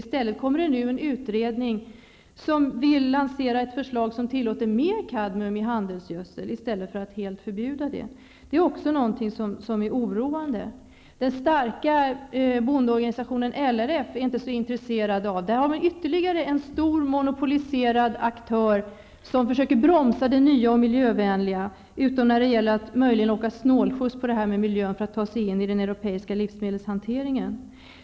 I stället kommer nu en utredning som vill lansera ett förslag som tillåter mer kadmium i handelsgödsel i stället för att helt förbjuda det. Det är också någonting som är oroande. Den starka bondeorganisationen LRF är inte så intresserad. Där har vi ytterligare en stor monopoliserad aktör som försöker bromsa det nya och miljövänliga utom när det möjligen gäller att åka snålskjuts på detta med miljön för att ta sig in i den europeiska livsmedelshanteringen.